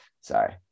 sorry